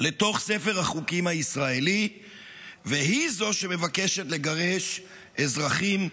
לתוך ספר החוקים הישראלי והיא זו שמבקשת לגרש אזרחים,